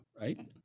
right